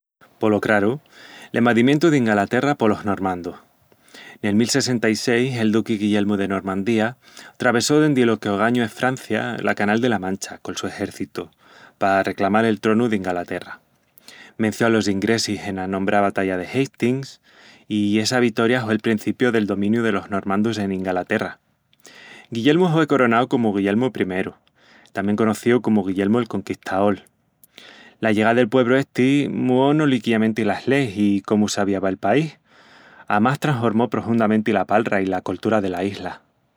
Polo craru, l'envadimientu d'Ingalaterra polos normandus. Nel mil sessenta-i-seis, el duqui Guillelmu de Normandía travessó dendi lo que ogañu es Francia la Canal dela Mancha col su exércitu pa reclamal el tronu d'Ingalaterra. Venció alos ingresis ena anombrá batalla de Hastings, i essa vitoria hue'l prencipiu del dominiu delos normandus en Ingalaterra. Guillelmu hue coronau comu Guillelmu I, tamién conocíu comu Guillelmu el Conquistaol, La llegá del puebru esti muó no liquiamenti las leis i cómu s'aviava el país... amás trashormó prohundamenti la palra i la coltura de la isla.